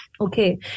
okay